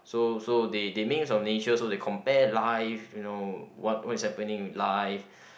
so so they they make use of nature so they compare life you know what what's happening with life